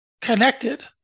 connected